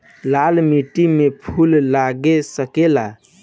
लाल माटी में फूल लाग सकेला?